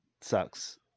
sucks